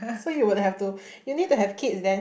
so you would have to you need to have kids then